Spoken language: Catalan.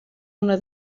una